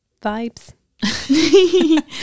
vibes